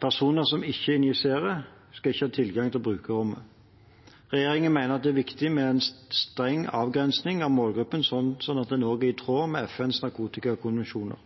Personer som ikke injiserer, skal ikke ha tilgang til brukerrommene. Regjeringen mener det er viktig med en streng avgrensning av målgruppen, slik at den også er i tråd med FNs narkotikakonvensjoner.